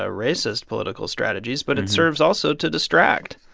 ah racist political strategies. but it serves also to distract.